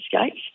skates